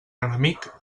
enemic